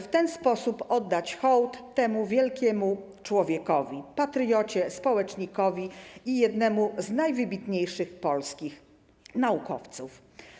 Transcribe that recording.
W ten sposób chcą oddać hołd temu wielkiemu człowiekowi, patriocie, społecznikowi i jednemu z najwybitniejszych polskich naukowców.